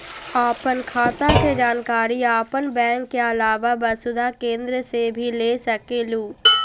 आपन खाता के जानकारी आपन बैंक के आलावा वसुधा केन्द्र से भी ले सकेलु?